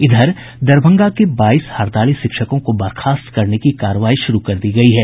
इधर दरभंगा के बाईस हड़ताली शिक्षकों को बर्खास्त करने की कार्रवाई शुरू कर दी गयी है